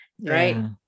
right